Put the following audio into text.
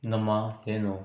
ನಮ್ಮ ಏನು